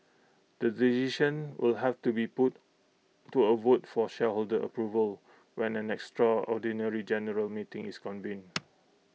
the decision will have to be put to A vote for shareholder approval when an extraordinary general meeting is convened